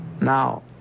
Now